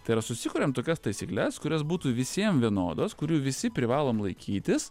tai yra susikuriam tokias taisykles kurios būtų visiem vienodos kurių visi privalom laikytis